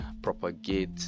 Propagate